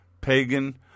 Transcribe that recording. pagan